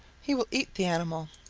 he will eat the animal.